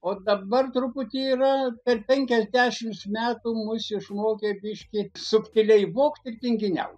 o dabar truputį yra per penkiasdešimt metų mus išmokė biški subtiliai vogt ir tinginiaut